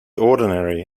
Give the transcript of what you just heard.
ordinary